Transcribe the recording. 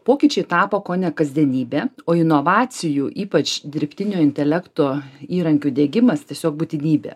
pokyčiai tapo kone kasdienybe o inovacijų ypač dirbtinio intelekto įrankių degimas tiesiog būtinybė